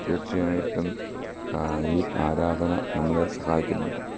തീർച്ചയായിട്ടും ഈ ആരാധന നമ്മളെ സഹായിക്കുന്നുണ്ട്